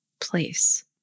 place